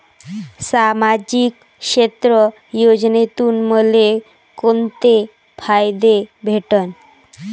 सामाजिक क्षेत्र योजनेतून मले कोंते फायदे भेटन?